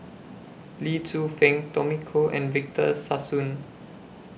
Lee Tzu Pheng Tommy Koh and Victor Sassoon